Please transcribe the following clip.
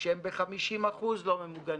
שהם ב-50% לא ממוגנים,